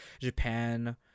Japan